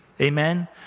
Amen